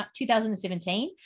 2017